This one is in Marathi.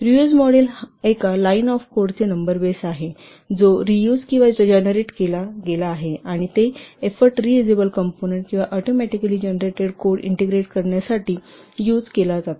रीयूज मॉडेल एका लाईन ऑफ कोडचे नंबर बेस आहे जो रीयूज किंवा जेनरेट केला गेला आहे आणि ते एफोर्ट रियुजेबल कंपोनंन्ट किंवा ऑटोमॅटिकली जनरेटेड कोड ईंटेग्रेट करण्यासाठी प्रयत्नांसाठी यूज होते